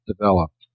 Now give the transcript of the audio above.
developed